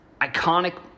iconic